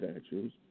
statues